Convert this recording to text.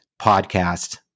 podcast